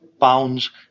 pounds